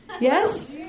Yes